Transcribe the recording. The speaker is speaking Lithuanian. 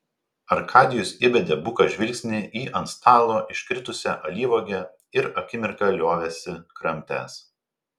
arkadijus įbedė buką žvilgsnį į ant stalo iškritusią alyvuogę ir akimirką liovėsi kramtęs